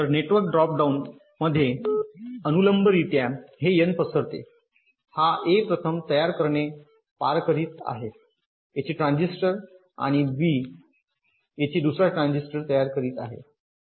तर network drop down मध्ये अनुलंबरित्या हे एन पसरते हा ए प्रथम तयार करणे पार करीत आहे येथे ट्रान्झिस्टर आणि बी येथे दुसरा ट्रांजिस्टर तयार करीत आहे